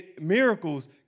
Miracles